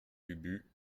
ubu